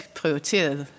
prioriteret